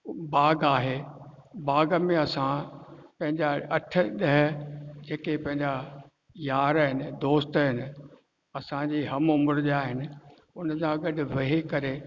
बाग आहे बाग में असां पंहिंजा अठ ॾह जेके पंहिंजा यार आहिनि दोस्त आहिनि असांजी हम उमिरि जा आहिनि उनसां गॾु वही करे